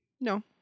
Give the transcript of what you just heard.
No